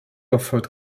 offered